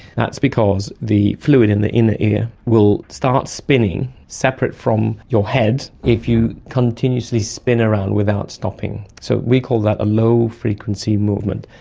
that's because the fluid in the inner ear will start spinning separate from your head if you continuously spin around without stopping. so we call that a low-frequency movement.